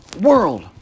world